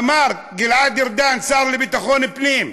אמר גלעד ארדן, השר לביטחון פנים: